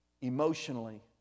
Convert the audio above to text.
emotionally